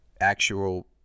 actual